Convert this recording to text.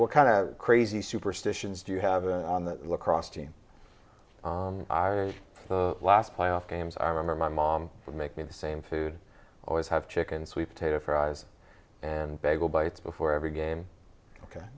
what kind of crazy superstitions do you have the lacrosse team the last playoff games i remember my mom would make me the same food always have chicken sweet potato fries and bagel bites before every game ok